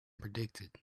predicted